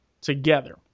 together